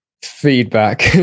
feedback